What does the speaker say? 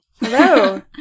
Hello